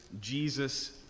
jesus